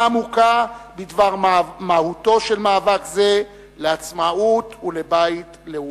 עמוקה בדבר מהותו של מאבק זה לעצמאות ולבית לאומי.